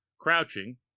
crouching